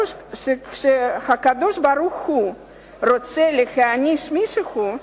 כשהקדוש-ברוך-הוא רוצה להעניש מישהו,